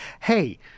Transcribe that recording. hey